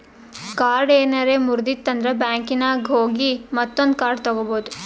card ಏನಾರೆ ಮುರ್ದಿತ್ತಂದ್ರ ಬ್ಯಾಂಕಿನಾಗ್ ಹೋಗಿ ಮತ್ತೊಂದು ಕಾರ್ಡ್ ತಗೋಬೋದ್